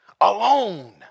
alone